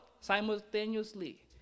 simultaneously